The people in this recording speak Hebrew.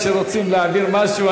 כשרוצים להעביר משהו,